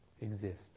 exist